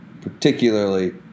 particularly